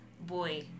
boy